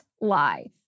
lie